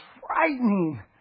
frightening